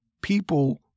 people